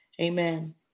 Amen